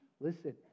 listen